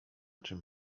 czym